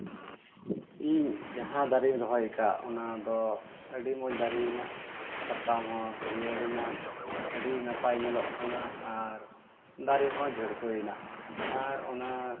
ᱤᱧ ᱡᱟᱦᱟᱸ ᱫᱟᱨᱮᱧ ᱨᱚᱦᱚᱭ ᱠᱟᱜ ᱚᱱᱟ ᱫᱚ ᱟᱹᱰᱤ ᱢᱚᱡᱽ ᱫᱟᱨᱮ ᱢᱮᱱᱟᱜᱼᱟ ᱥᱟᱠᱟᱢ ᱦᱚᱸ ᱦᱟᱹᱨᱭᱟᱹᱲ ᱮᱱᱟ ᱟᱹᱰᱤ ᱱᱟᱯᱟᱭ ᱧᱮᱞᱚᱜ ᱠᱟᱱᱟ ᱟᱨ ᱫᱟᱨᱮ ᱦᱚᱸ ᱡᱷᱟᱹᱲᱯᱟᱹᱭᱮᱱᱟ ᱟᱨ ᱚᱱᱟ